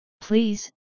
Please